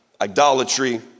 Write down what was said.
idolatry